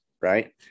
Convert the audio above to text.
right